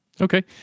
Okay